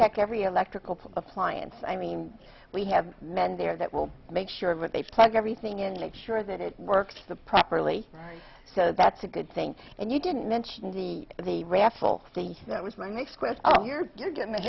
check every electrical appliance i mean we have men there that will make sure that they plug everything in like sure that it works the properly so that's a good thing and you didn't mention the the raffle the that was my next question you're getting